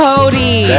Cody